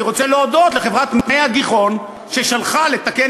אני רוצה להודות לחברת "הגיחון" ששלחה לתקן